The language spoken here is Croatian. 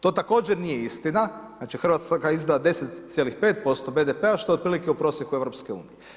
To također nije istina, znači Hrvatska izdvaja 10,5% BDP-a što je otprilike u prosjeku EU.